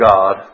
God